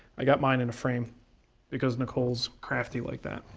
i got mine in a frame because nicole is crafty like that.